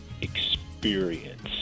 experience